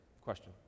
question